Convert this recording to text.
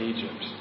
Egypt